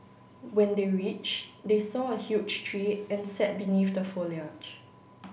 when they reached they saw a huge tree and sat beneath the foliage